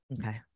Okay